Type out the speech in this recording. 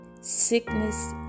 sickness